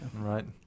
Right